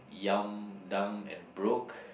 young dumb and broke